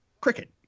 cricket